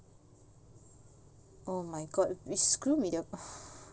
oh my god we screw media